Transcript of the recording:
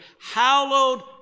Hallowed